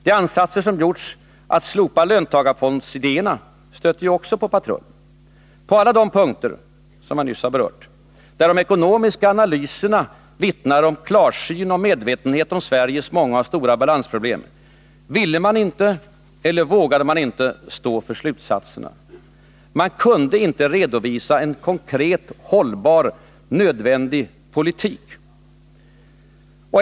De ansatser som gjorts att slopa löntagarfondsidéerna stötte också på patrull. På alla de punkter som jag nyss har berört, där de ekonomiska analyserna vittnade om klarsyn och medvetenhet om Sveriges många och stora balansproblem, ville man inte eller vågade man inte stå för slutsatserna. Man kunde inte redovisa en konkret, hållbar, nödvändig politik.